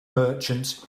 merchants